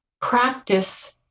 practice